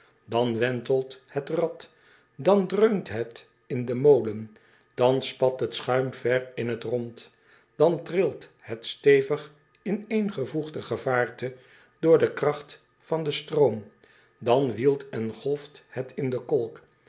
dan wentelt het rad dan dreunt het in den molen dan spat het schuim ver in het rond dan trilt het stevig ineengevoegde gevaarte door de kracht van den stroom dan wielt en golft het in de kolk